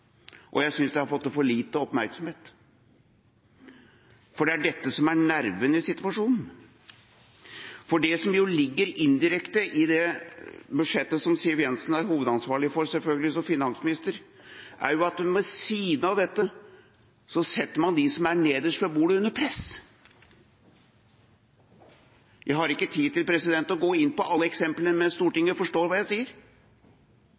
debatten. Jeg synes det har fått for lite oppmerksomhet, for det er dette som er nerven i situasjonen. Det som ligger indirekte i det budsjettet som Siv Jensen selvfølgelig er hovedansvarlig for, som finansminister, er at ved siden av dette setter man dem som er nederst ved bordet, under press. Jeg har ikke tid til å gå inn på alle eksemplene, men Stortinget forstår hva jeg sier.